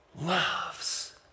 loves